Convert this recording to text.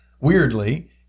weirdly